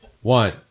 One